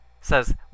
Says